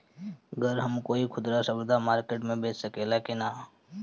गर हम कोई खुदरा सवदा मारकेट मे बेच सखेला कि न?